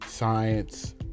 Science